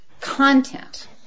content